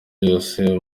byose